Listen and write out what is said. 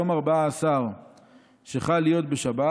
יום ארבעה עשר שחל להיות בשבת,